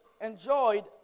enjoyed